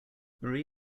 marie